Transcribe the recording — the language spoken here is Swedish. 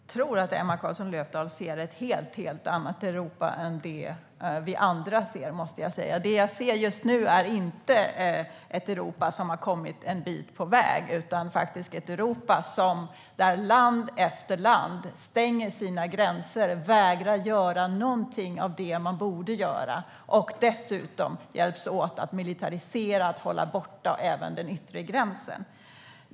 Herr talman! Jag tror att Emma Carlsson Löfdahl ser ett helt annat Europa än vad vi andra ser, måste jag säga. Det som jag ser just nu är inte ett Europa som har kommit en bit på väg, utan jag ser ett Europa där land efter land stänger sina gränser och vägrar att göra någonting av det som man borde göra. Dessutom hjälps man åt att militarisera för att hålla borta flyktingar även vid den yttre gränsen.